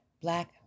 Black